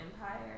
empire